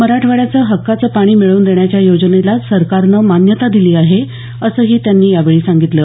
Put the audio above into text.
मराठवाड्याचं हक्काचं पाणी मिळवून देण्याच्या योजनेला सरकारनं मान्यता दिली असल्याचंही त्यांनी सांगितलं